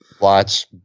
watch